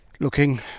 looking